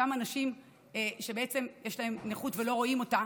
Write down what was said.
אותם אנשים שיש להם נכות ולא רואים אותה